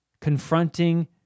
Confronting